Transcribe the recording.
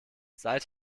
seit